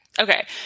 Okay